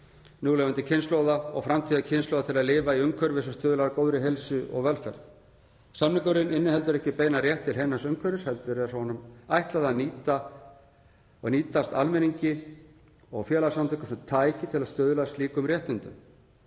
núlifandi kynslóða og framtíðarkynslóða til að lifa í umhverfi sem stuðlar að góðri heilsu og velferð. Samningurinn inniheldur ekki beinan rétt til heilnæms umhverfis heldur er honum ætlað að nýtast almenningi og félagasamtökum sem tæki til að stuðla að slíkum réttindum.